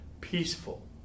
peaceful